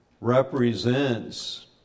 represents